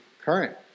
current